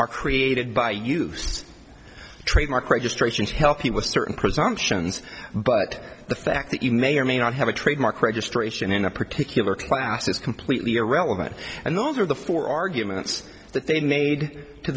are created by use trademark registrations help you with certain presumptions but the fact that you may or may not have a trademark registration in a particular class is completely irrelevant and those are the four arguments that they made to